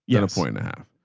you had a point and a half.